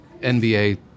NBA